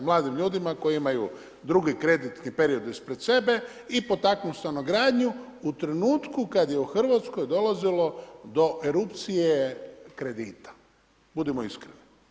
Mladim ljudima koji imaju dugi kreditni period ispred sebe i potaknu stanogradnju, u trenutku kad je u RH dolazilo do erupcije kredita, budimo iskreni.